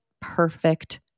perfect